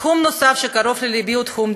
תחום נוסף שקרוב ללבי הוא תחום הדיור.